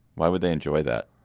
why would they enjoy that?